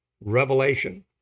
revelation